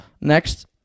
next